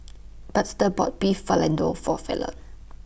Buster bought Beef Vindaloo For Felton